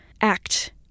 act